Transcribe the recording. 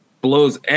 blows